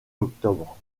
octobre